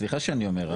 סליחה שאני אומר,